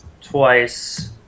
twice